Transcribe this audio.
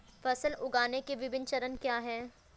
फसल उगाने के विभिन्न चरण क्या हैं?